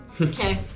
Okay